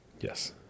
Yes